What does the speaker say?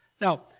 Now